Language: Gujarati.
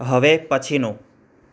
હવે પછીનું